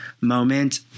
moment